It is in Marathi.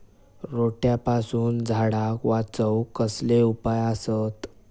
रोट्यापासून झाडाक वाचौक कसले उपाय आसत?